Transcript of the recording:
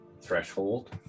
threshold